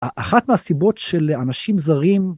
אחת מהסיבות של אנשים זרים.